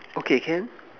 okay can